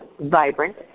vibrant